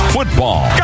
Football